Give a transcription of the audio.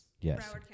Yes